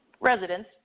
residents